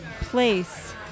place